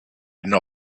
know